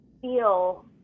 feel